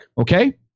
okay